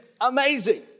amazing